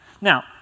Now